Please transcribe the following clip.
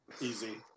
Easy